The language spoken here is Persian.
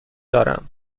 دارم